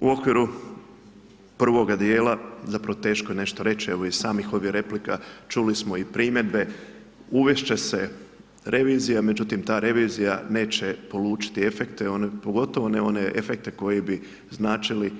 U okviru prvoga djela zapravo teško je nešto i reći, evo iz samih ovih replika, čuli smo i primjedbe, uvest će se revizija međutim ta revizija neće polučiti efekte, pogotovo ne one efekte koji bi značili